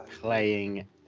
playing